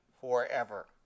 forever